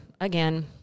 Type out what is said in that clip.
again